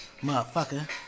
Motherfucker